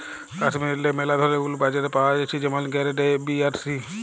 কাশ্মীরেল্লে ম্যালা ধরলের উল বাজারে পাওয়া জ্যাছে যেমল গেরেড এ, বি আর সি